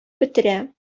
бетерә